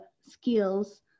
skills